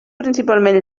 principalment